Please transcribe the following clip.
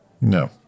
no